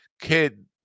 kid